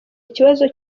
ikibazo